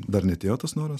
dar neatėjo tas noras